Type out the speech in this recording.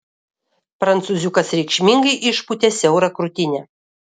prancūziukas reikšmingai išpūtė siaurą krūtinę